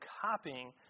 copying